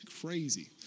Crazy